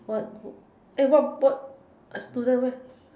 what what what student where's